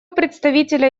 представителя